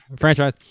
Franchise